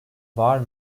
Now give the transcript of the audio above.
var